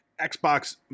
xbox